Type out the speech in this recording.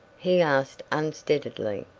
he asked unsteadily.